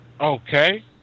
Okay